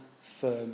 firm